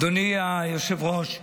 אדוני היושב-ראש,